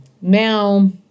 now